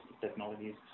technologies